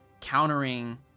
countering